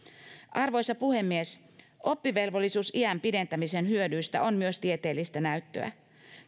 arvoisa puhemies oppivelvollisuusiän pidentämisen hyödyistä on myös tieteellistä näyttöä